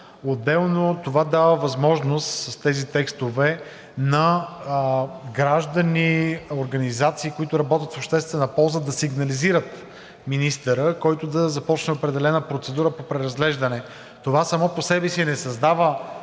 Отделно, това дава възможност – тези текстове, на граждани, организации, които работят в обществена полза, да сигнализират министъра, който да започне определена процедура по преразглеждане. Това само по себе си не създава